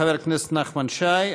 חבר הכנסת נחמן שי.